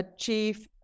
achieve